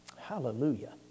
hallelujah